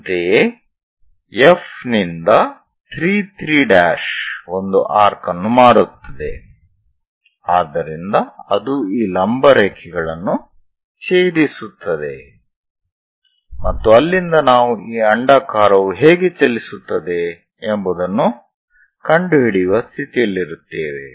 ಅಂತೆಯೇ F ನಿಂದ 3 3 'ಒಂದು ಆರ್ಕ್ ಅನ್ನು ಮಾಡುತ್ತದೆ ಆದ್ದರಿಂದ ಅದು ಈ ಲಂಬ ರೇಖೆಗಳನ್ನು ಛೇದಿಸುತ್ತದೆ ಮತ್ತು ಅಲ್ಲಿಂದ ನಾವು ಈ ಅಂಡಾಕಾರವು ಹೇಗೆ ಚಲಿಸುತ್ತದೆ ಎಂಬುದನ್ನು ಕಂಡುಹಿಡಿಯುವ ಸ್ಥಿತಿಯಲ್ಲಿರುತ್ತೇವೆ